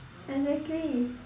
exactly